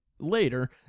later